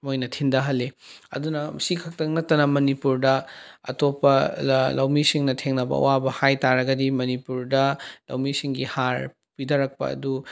ꯃꯣꯏꯅ ꯊꯤꯟꯗꯍꯜꯂꯤ ꯑꯗꯨꯅ ꯁꯤ ꯈꯛꯇꯪ ꯅꯠꯇꯅ ꯃꯅꯤꯄꯨꯔꯗ ꯑꯇꯣꯞꯄ ꯂꯧꯃꯤꯁꯤꯡꯅ ꯊꯦꯡꯅꯕ ꯑꯋꯥꯕ ꯍꯥꯏꯕꯇꯥꯔꯒꯗꯤ ꯃꯅꯤꯄꯨꯔꯗ ꯂꯧꯃꯤꯁꯤꯡꯒꯤ ꯍꯥꯔ ꯄꯤꯊꯔꯛꯄ ꯑꯗꯨ